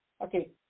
Okay